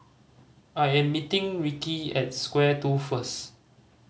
I am meeting Rickey at Square Two first